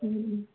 हुँ